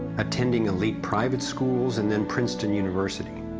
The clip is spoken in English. attending elite private schools and then princeton university.